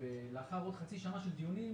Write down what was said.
לאחר עוד חצי שנה של דיונים